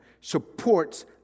supports